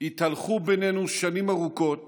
התהלכו בינינו שנים ארוכות